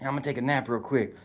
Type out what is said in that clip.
um take a nap real quick.